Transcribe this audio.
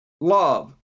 love